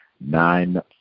nine